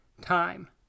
time